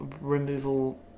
removal